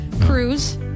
Cruise